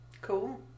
Cool